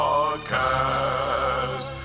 Podcast